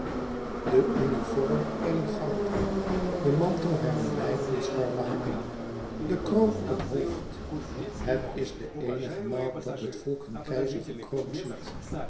de uniform éen goud den mantel hermelijn en scharlaken de kroon op het hoofd het is de eenige maal dat het volk hun keizer gekroond ziet